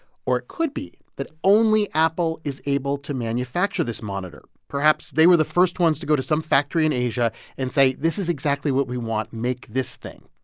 or it could be that only apple is able to manufacture this monitor. perhaps they were the first ones to go to some factory in asia and say, this is exactly what we want. make this thing.